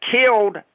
killed